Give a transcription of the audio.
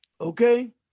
Okay